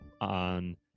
on